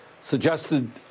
suggested